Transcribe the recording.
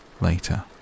Later